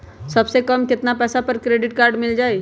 सबसे कम कतना पैसा पर क्रेडिट काड मिल जाई?